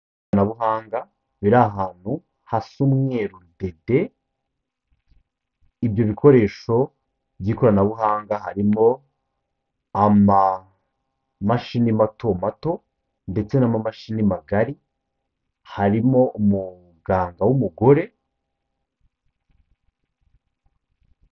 Ikoranabuhanga biri ahantu hasa umweru dede, ibyo bikoresho by'ikoranabuhanga harimo amamashini matomato ndetse n'amamashini magari, harimo umuganga w'umugore.